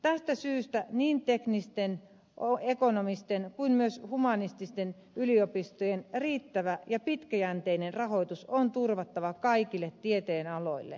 tästä syystä niin teknisten ekonomisten kuin myös humanististen yliopistojen riittävä ja pitkäjänteinen rahoitus on turvattava kaikille tieteen aloille tasapuolisesti